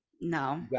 no